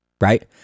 right